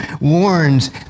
warns